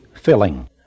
filling